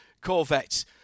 Corvettes